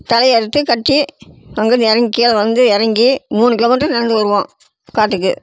தழையை அறுத்துக் கட்டி அங்கேர்ந்து இறங்கி கீழே வந்து இறங்கி மூணு கிலோமீட்ரு நடந்து வருவோம் காட்டுக்கு